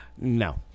No